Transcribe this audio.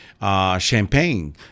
Champagne